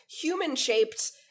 human-shaped